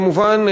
כמובן,